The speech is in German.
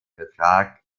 vertrag